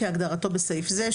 כהגדרתו בסעיף זה,